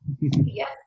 Yes